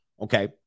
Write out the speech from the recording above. Okay